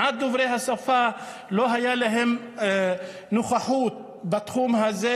לדוברי השפה כמעט לא הייתה נוכחות בתחום הזה,